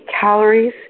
calories